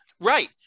Right